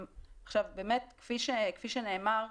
כפי שנאמר,